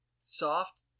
soft –